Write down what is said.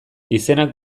izenak